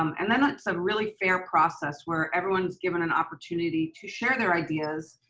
um and then that's a really fair process where everyone's given an opportunity to share their ideas,